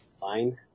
Fine